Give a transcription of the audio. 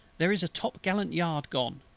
there is a top-gallant-yard gone.